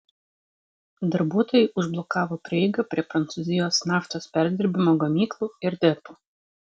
darbuotojai užblokavo prieigą prie prancūzijos naftos perdirbimo gamyklų ir depų